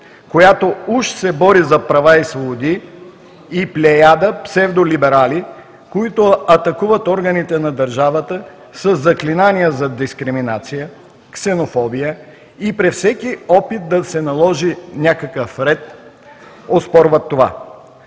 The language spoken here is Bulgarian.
която уж се бори за права и свободи, и плеяда псевдолиберали, които атакуват органите на държавата със заклинания за дискриминация, ксенофобия и при всеки опит да се наложи някакъв ред оспорват това.